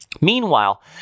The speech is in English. Meanwhile